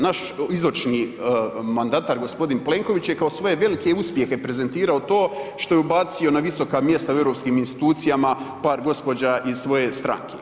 Naš izočni mandatar, g. Plenković je kao svoje velike uspjehe prezentirao to što je ubacio na visoka mjesta u europskim institucijama par gospođa iz svoje stranke.